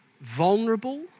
vulnerable